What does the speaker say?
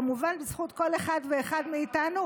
כמובן בזכות כל אחד ואחד מאיתנו,